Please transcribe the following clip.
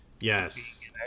Yes